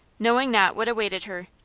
knowing not what awaited her.